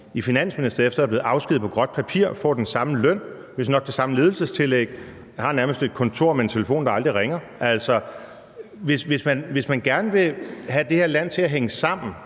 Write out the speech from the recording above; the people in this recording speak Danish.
i Finansministeriet efter at være blevet afskediget på gråt papir og får den samme løn, vistnok det samme ledelsestillæg, og nærmest har et kontor med en telefon, der aldrig ringer. Hvis man gerne vil have det her land til at hænge sammen,